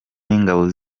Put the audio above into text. n’ingabo